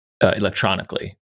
electronically